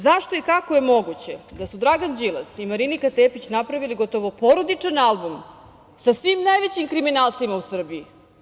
Zašto i kako je moguće da su Dragan Đilas i Marinika Tepić napravili gotovo porodičan album sa svim najvećim kriminalcima u Srbiji?